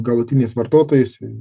galutiniais vartotojais